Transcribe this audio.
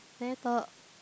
there thought